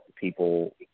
people